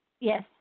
Yes